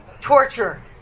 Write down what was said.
torture